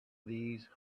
these